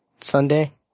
Sunday